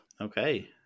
Okay